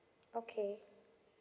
okay